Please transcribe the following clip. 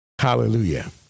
Hallelujah